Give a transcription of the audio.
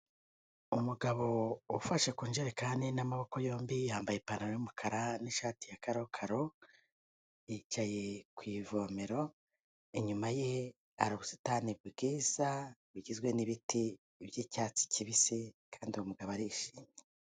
Umugabo ufashe ku njerekane n'amaboko yombi, yambaye ipantaro y'umukara n'ishati ya karokaro, yicaye ku ivomero, inyuma ye hari ubusitani bwiza, bugizwe n'ibiti by'icyatsi kibisi kandi uwo mugabo arishimye.